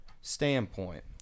standpoint